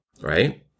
right